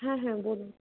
হ্যাঁ হ্যাঁ বলুন